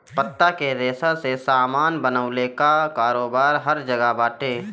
पत्ता के रेशा से सामान बनवले कअ कारोबार हर जगह बाटे